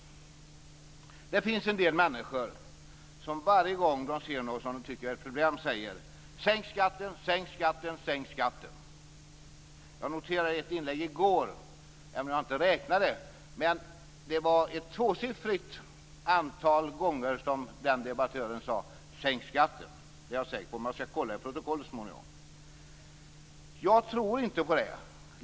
Det finns en del människor som varje gång de ser något som de tycker är ett problem säger: Sänk skatten, sänk skatten, sänk skatten! I ett inlägg i går noterade jag, även om jag inte räknade, att en debattör sade sänk skatten ett tvåsiffrigt antal gånger. Det är jag säker på, men jag skall kolla i protokollet så småningom. Jag tror inte på det.